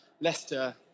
leicester